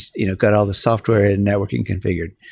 you know got all the software and networking configured.